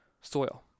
soil